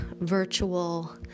virtual